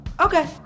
okay